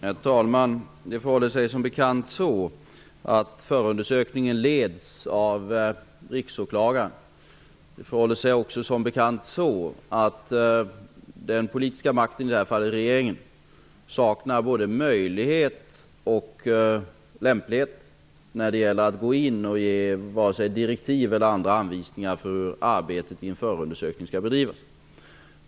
Herr talman! Det förhåller sig som bekant så att förundersökningen leds av riksåklagaren. Det förhåller sig också som bekant så att den politiska makten, i det här fallet regeringen, saknar både möjlighet och lämplighet att gå in och ge vare sig direktiv eller andra anvisningar för hur arbetet i förundersökningen skall bedrivas.